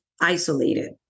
isolated